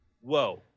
Whoa